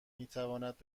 میتواند